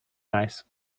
nice